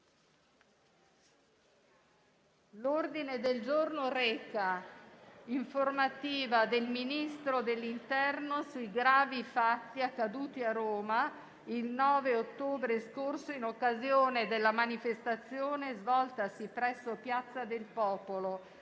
L'ordine del giorno reca: «Informativa del Ministro dell'interno sui gravi fatti accaduti a Roma il 9 ottobre scorso in occasione della manifestazione svoltasi presso Piazza del Popolo».